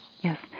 Yes